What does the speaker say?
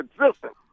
existence